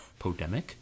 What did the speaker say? Podemic